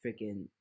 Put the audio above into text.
freaking